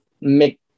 make